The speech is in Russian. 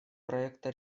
проекта